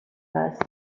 است